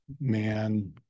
man